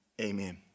Amen